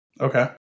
Okay